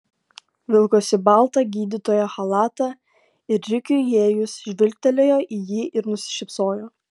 vilkosi baltą gydytojo chalatą ir rikiui įėjus žvilgtelėjo į jį ir nusišypsojo